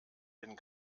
den